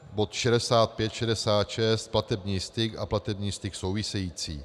Bod 65, 66 platební styk a platební styk související.